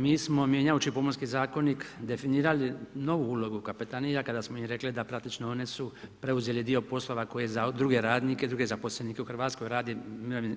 Mi smo mijenjajući Pomorski zakonik, definirali novu ulogu kapetanija kada smo i rekli da praktično one su preuzele dio poslova koje za druge radnike, druge zaposlenike u Hrvatskoj radi